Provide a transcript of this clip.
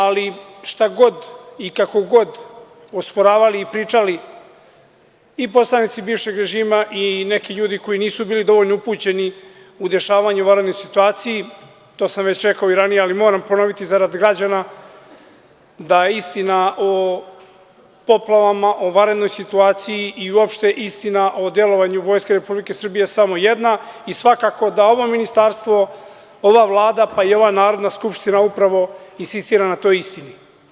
Ali, šta god i kako god osporavali i pričali i poslanici bivšeg režima i neki ljudi koji nisu bili dovoljno upućeni u dešavanja u vanrednim situacijama, to sam već rekao i ranije, ali moram ponoviti zarad građana, da je istina o poplavama, o vanrednoj situaciji i uopšte istina o delovanju Vojske Republike Srbije samo jedna i svakako da ovo Ministarstvo, ova Vlada, pa i ova Narodna skupština upravo insistira na toj istini.